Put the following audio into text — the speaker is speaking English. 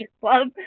Club